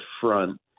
front